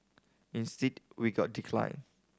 instead we got decline